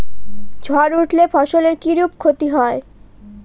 ঝড় উঠলে ফসলের কিরূপ ক্ষতি হয়?